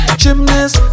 gymnast